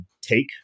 take